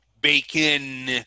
bacon